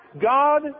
God